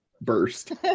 burst